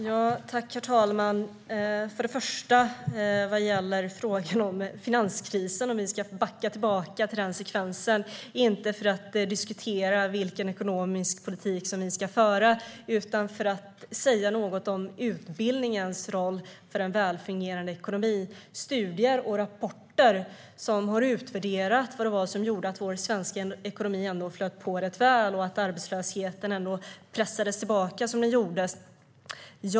Herr talman! Först och främst var det frågan om finanskrisen - om vi nu ska backa tillbaka till den sekvensen. Det är inte fråga om att diskutera vilken ekonomisk politik som ska föras utan att i stället säga något om utbildningens roll för en välfungerande ekonomi. Det har i studier och rapporter utvärderats vad som gjorde att vår svenska ekonomi ändå flöt på rätt väl och att arbetslösheten ändå pressades tillbaka.